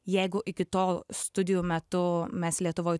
jeigu iki tol studijų metu mes lietuvoj